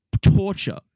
torture